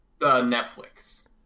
netflix